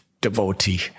devotee